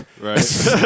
Right